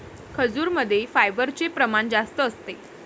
खजूरमध्ये फायबरचे प्रमाण जास्त असते